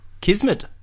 kismet